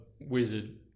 wizard